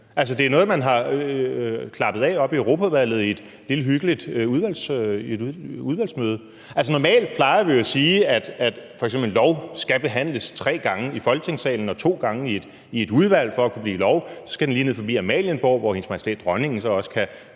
det er noget, man har klappet af oppe i Europaudvalget i et lille hyggeligt udvalgsmøde. Normalt plejer vi jo at sige, at lovforslag f.eks. skal behandles tre gange i Folketingssalen og to gange i et udvalg for at kunne blive til lov, og så skal det lige ned forbi Amalienborg, hvor Hendes Majestæt Dronningen så også kan